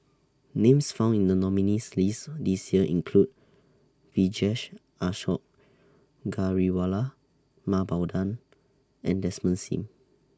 Names found in The nominees' list This Year include Vijesh Ashok Ghariwala Mah Bow Tan and Desmond SIM